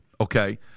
Okay